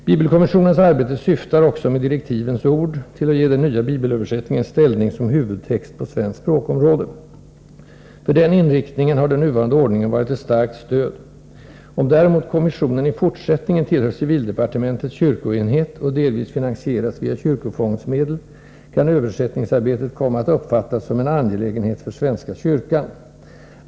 Bibelkommissionens arbete syftar, också med direktivens ord, till att ge den nya bibelöversättningen ställning som huvudtext på svenskt språkområde. För den inriktningen har den nuvarande ordningen varit ett starkt stöd. Om däremot kommissionen i fortsättningen tillhör civildepartementets kyrkoenhet och delvis finansieras via kyrkofondsmedel kan översättningsarbetet komma att uppfattas som en angelägenhet för svenska kyrkan.